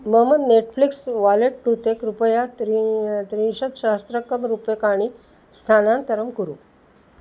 मम Netflix wallet कृते कृपया त्रीणि त्रिंशत्सहस्ररूप्यकाणि स्थानान्तरं कुरु